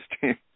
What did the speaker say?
team